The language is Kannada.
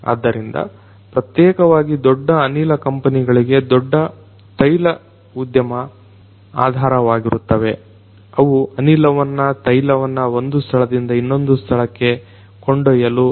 ಆದ್ದರಿಂದ ಪ್ರತ್ಯೇಕವಾಗಿ ದೊಡ್ಡ ಅನಿಲ ಕಂಪನಿಗಳಿಗೆ ದೊಡ್ಡ ತೈಲ ಉದ್ಯಮ ಆಧಾರವಾಗಿರುತ್ತವೆ ಅವು ಅನಿಲವನ್ನ ತೈಲವನ್ನ ಒಂದು ಸ್ಥಳದಿಂದ ಇನ್ನೊಂದು ಸ್ಥಳಕ್ಕೆ ಕೊಂಡೊಯ್ಯಲು ಈ ಗ್ಯಾಸ್ ಪೈಪುಗಳನ್ನ ಅಳವಡಿಸುತ್ತವೆ